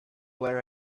were